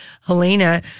Helena